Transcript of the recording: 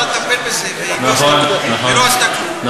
על-ידי אותה קבוצת עורכי-דין, אגב, קבוצה קטנה,